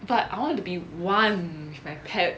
but I want to be one with my pet